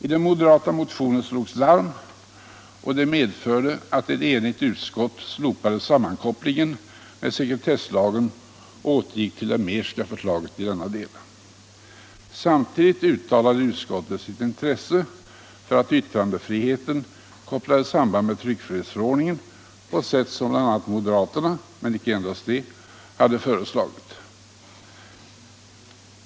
I en moderatmotion slogs larm, och det medförde att ett enigt utskott slopade sammankopplingen med sekretesslagen och återgick till det Mehrska förslaget i denna del. Samtidigt uttalade utskottet sitt intresse för att yttrandefriheten kopplades samman med tryckfrihetsförordningen på det sätt som bl.a. moderaterna — men inte endast de — hade föreslagit.